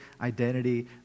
identity